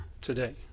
today